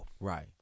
right